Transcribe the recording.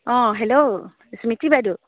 অঁ হেল্ল' স্মৃতি বাইদউ